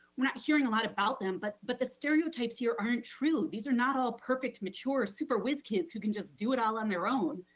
we're not hearing a lot about them, but but the stereotypes here aren't true. these are not all perfect, mature, super wiz kids who can just do it all on their own.